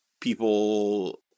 people